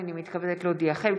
הינני מתכבדת להודיעכם,